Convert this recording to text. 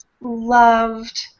loved